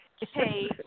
Hey